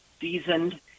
seasoned